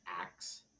acts